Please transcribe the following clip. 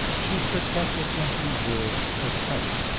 she protected and preserved the type.